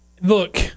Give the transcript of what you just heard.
look